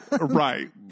Right